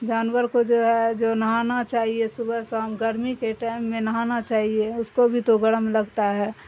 جانور کو جو ہے جو نہانا چاہیے صبح شام گرمی کے ٹائم میں نہانا چاہیے اس کو بھی تو گرم لگتا ہے